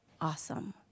awesome